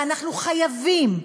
ואנחנו חייבים,